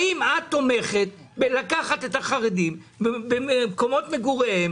האם את תומכת בלקחת את החרדים ממקומות מגוריהם